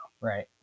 Right